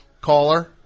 Caller